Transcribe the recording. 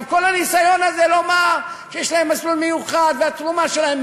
וכל הניסיון הזה לומר שיש להם מסלול מיוחד והתרומה שלהם,